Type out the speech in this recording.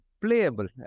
playable